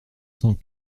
cent